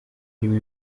irimo